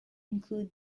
include